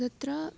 तत्र